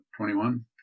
21